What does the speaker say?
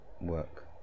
Work